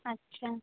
अच्छा